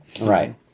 Right